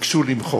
ביקשו למחוק.